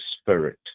Spirit